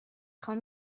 خوام